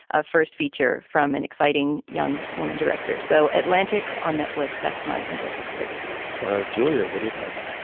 a first feature from an exciting young woman director. so atlantics on netflix. that's my endorsement for the week julia, what do you have?